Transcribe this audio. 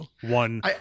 one